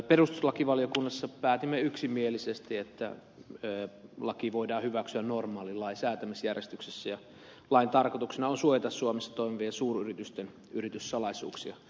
perustuslakivaliokunnassa päätimme yksimielisesti että laki voidaan hyväksyä normaalin lain säätämisjärjestyksessä ja lain tarkoituksena on suojata suomessa toimivien suuryritysten yrityssalaisuuksia